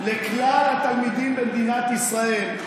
לכלל התלמידים במדינת ישראל,